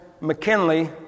McKinley